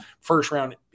first-round